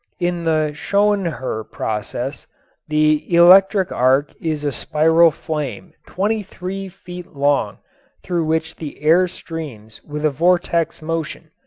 in the schonherr process the electric arc is a spiral flame twenty-three feet long through which the air streams with a vortex motion.